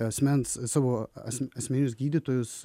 asmens savo as asmeninius gydytojus